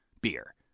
beer